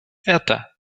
это